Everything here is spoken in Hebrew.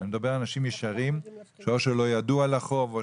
אני מדבר על אנשים ישרים שאו שלא ידעו על החוב.